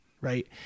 Right